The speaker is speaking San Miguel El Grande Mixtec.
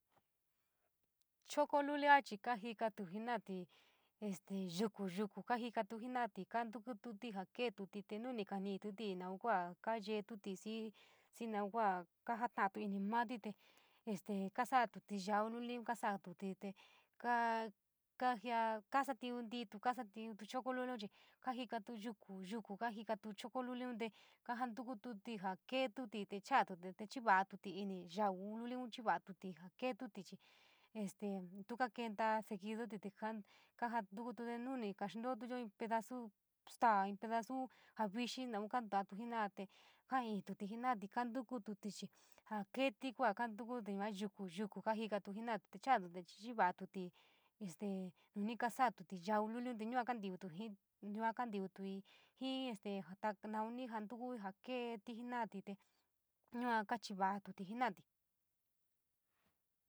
Choko lulia chii kajikatí jena’atí este yuku, yuku kaajikalu jena’ati kantukuti jaa ketuti te nuu ni kanituti naun kua kaayetuti xii, xii naun kua kajatatu ini mati te este kasa’ uti yauu luliun kasaátuti te kaa, kaajio kasatiun nti’itu kaa sotiuntu choko tuliun chii kajikatu yuku, yuku kajikatu choko luliun te kajaantukuti jaa keetuti te chaatuti te chiiba’atuti ini yaululiun chivo’atuti jaa ketuti chii este, tu kakonta seguido te tíí kajantukude nuni kaaxntooyo inn pedasu staa, inn pedasu jaa vixii, naun kantaatu jena’a tee kaa inn tuti jena’ati kaantukuti chii jáá keeti kua kaantuku yuaku yuku, yuku kajikatu jinati te chaotuti chii va’atoti este nuni kasa’atuti yau luli te yua kantiutu jii, yua kantiutuii jii este jaa to naun ni jantuku jaa keeti jenati te yua kaa chiiva’a tuti jena’ati.